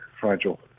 fragile